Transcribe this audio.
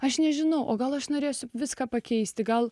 aš nežinau o gal aš norėsiu viską pakeisti gal